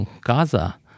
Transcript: Gaza